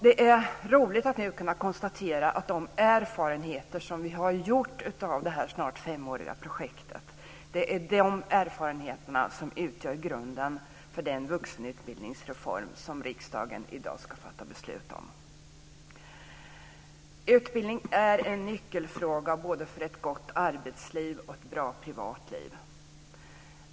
Det är roligt att nu kunna konstatera att de erfarenheter som vi har gjort av detta snart femåriga projekt utgör grunden för den vuxenutbildningsreform som riksdagen i dag ska fatta beslut om. Utbildning är en nyckelfråga för både ett gott arbetsliv och ett bra privatliv.